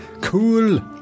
Cool